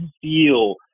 feel